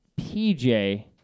PJ